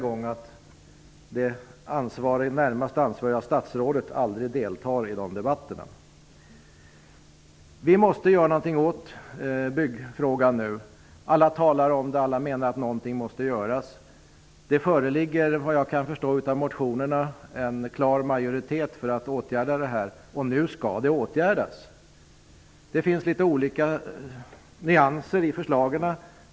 Dessutom deltar det närmast ansvarige statsrådet aldrig i dessa debatter. Vi måste nu göra något åt byggfrågan. Alla talar om det, och alla menar att något måste göras. Såvitt jag kan förstå av motionerna föreligger det en klar majoritet för att man skall åtgärda det här området. Nu skall det åtgärdas. Det finns litet olika nyanser i förslagen.